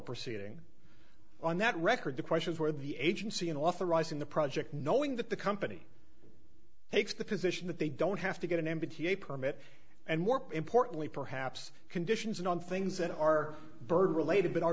proceeding on that record the question for the agency in authorizing the project knowing that the company takes the position that they don't have to get an entity a permit and more importantly perhaps conditions and on things that are bird related but are